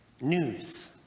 news